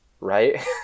right